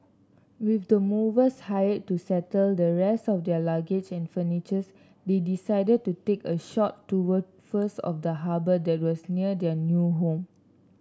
with the movers hired to settle the rest of their luggage and furniture they decided to take a short tour first of the harbour that was near their new home